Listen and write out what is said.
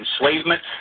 enslavement